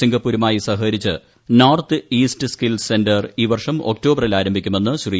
സിംഗപ്പൂരുമായി സഹകരിച്ച് north east skill centre ഈ വർഷം ഒക്ടോബറിൽ ആരംഭിക്കുമെന്ന് ശ്രീ